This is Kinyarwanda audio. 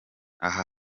aha